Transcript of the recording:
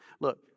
Look